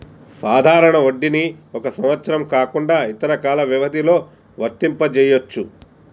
సాధారణ వడ్డీని ఒక సంవత్సరం కాకుండా ఇతర కాల వ్యవధిలో వర్తింపజెయ్యొచ్చు